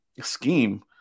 scheme